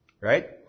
right